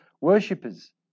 worshippers